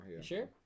Sure